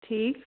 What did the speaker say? ٹھیٖک